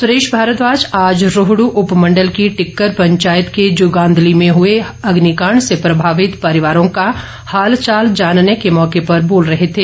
सुरेश भारद्वाज आज रोहड् उपमण्डल की टिक्कर पंचायत के जुगांदली में हुए अग्निकांड से प्रभावित परिवारों का हाल चाल जानने के मौके पर बोल रहे थे